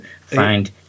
find